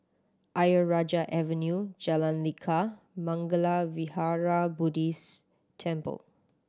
Ayer Rajah Avenue Jalan Lekar Mangala Vihara Buddhist Temple